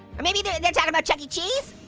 or maybe they're they're talking about chuck e cheese.